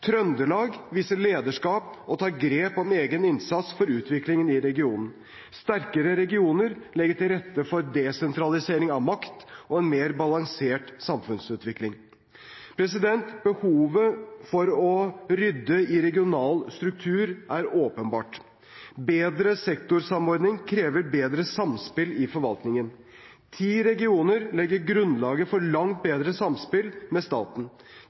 Trøndelag viser lederskap og tar grep om egen innsats for utviklingen i regionen. Sterkere regioner legger til rette for desentralisering av makt og en mer balansert samfunnsutvikling. Behovet for å rydde i regionale strukturer er åpenbart. Bedre sektorsamordning krever bedre samspill i forvaltningen. Ti regioner legger grunnlag for langt bedre samspill med staten.